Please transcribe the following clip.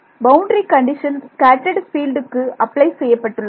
boundary condition scattered ஃபீல்டுக்கு apply செய்யப்பட்டுள்ளது